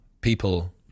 people